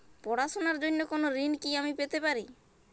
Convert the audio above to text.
পড়াশোনা র জন্য কোনো ঋণ কি আমি পেতে পারি?